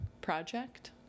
project